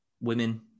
women